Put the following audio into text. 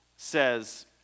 says